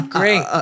great